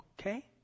Okay